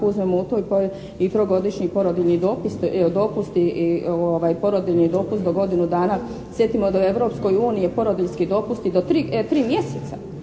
uzmemo u to i trogodišnji porodiljni dopust i porodiljni dopust do godinu dana, sjetimo da u Europsku uniji je porodiljski dopust i do 3 mjeseca.